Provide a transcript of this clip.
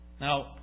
Now